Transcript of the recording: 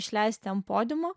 išleisti ant podiumo